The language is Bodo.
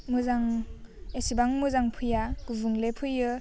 मोजां एसिबां मोजां फैया गुबुंले फैयो